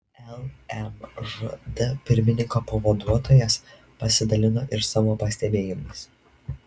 lmžd pirmininko pavaduotojas pasidalino ir savo pastebėjimais